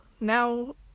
now